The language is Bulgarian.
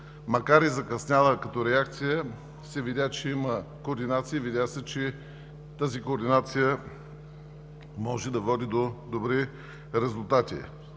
макар и закъсняла като реакция, се видя, че има координация – видя се, че тази координация може да води до добри резултати.